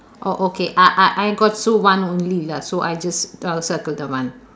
oh okay I I I got one only lah so I just I'll circle the one